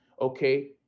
Okay